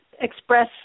Express